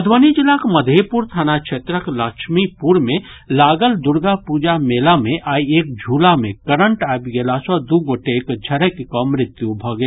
मधुबनी जिलाक मधेपुर थाना क्षेत्रक लक्ष्मीपुर मे लागल दुर्गा पूजा मेला मे आइ एक झूला मे करंट आबि गेला सँ दू गोटेक झरकि कऽ मृत्यु भऽ गेल